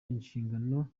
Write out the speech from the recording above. inshingano